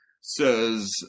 says